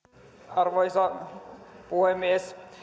arvoisa puhemies